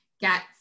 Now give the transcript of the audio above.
get